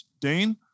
Dane